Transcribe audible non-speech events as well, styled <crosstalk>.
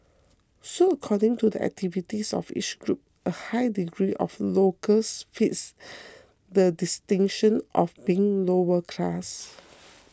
so according to the activities of each group a high degree of locals fit <noise> the distinction of being lower class <noise>